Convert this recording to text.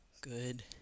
Good